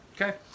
okay